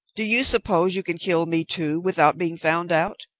do you suppose you can kill me, too, without being found out?